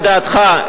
לדעתך,